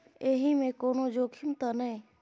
एहि मे कोनो जोखिम त नय?